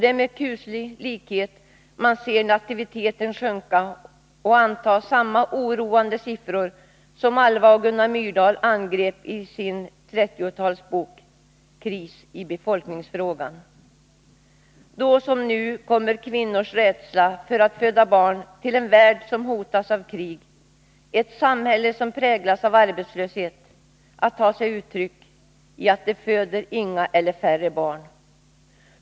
Det är en kuslig likhet — man ser nativiteten sjunka och anta samma oroande siffror som Alva och Gunnar Myrdal angrep i sin trettiotalsbok Kris i befolkningsfrågan. Då som nu kommer kvinnors rädsla för att föda barn till en värld som hotas av krig, ett samhälle som präglas av arbetslöshet, att ta sig uttryck i att de föder inga eller färre barn.